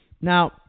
Now